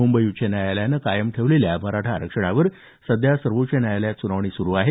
मुंबई उच्च न्यायालयानं कायम ठेवलेल्या मराठा आरक्षणावर सध्या सर्वोच्च न्यायालयात सुनावणी सुरू आहे